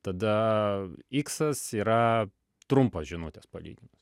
tada iksas yra trumpos žinutės palyginus